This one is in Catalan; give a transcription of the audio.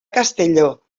castelló